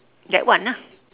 that one ah